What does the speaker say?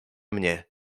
mnie